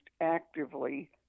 actively